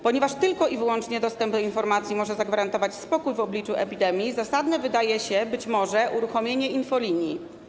Ponieważ tylko i wyłącznie dostęp do informacji może zagwarantować spokój w obliczu epidemii, zasadne wydaje się uruchomienie infolinii.